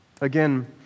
Again